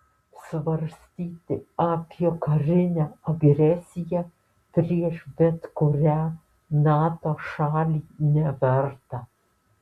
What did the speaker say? svarstyti apie karinę agresiją prieš bet kurią nato šalį neverta